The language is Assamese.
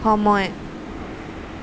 সময়